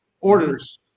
Orders